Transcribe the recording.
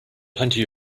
plenty